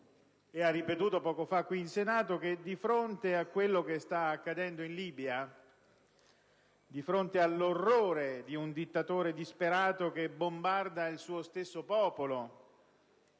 ha ripetuto poco fa anche qui, in Senato, che di fronte a quello che sta accadendo in Libia, di fronte all'orrore di un dittatore disperato che bombarda il suo stesso popolo